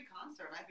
concert